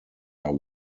are